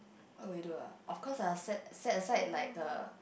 what will you do ah of course I will set set aside like a